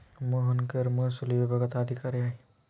मोहन कर महसूल विभागात अधिकारी आहे